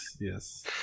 yes